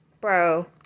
bro